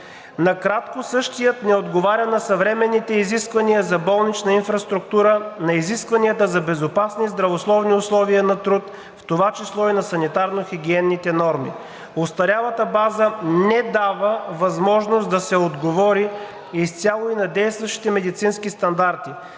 Накратко, същият не отговаря на съвременните изисквания за болнична инфраструктура, на изискванията за безопасни здравословни условия на труд, в това число и на санитарно-хигиенните норми. Остарялата база не дава възможност да се отговори изцяло и на действащите медицински стандарти.